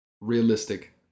Realistic